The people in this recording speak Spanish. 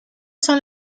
son